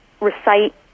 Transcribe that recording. recite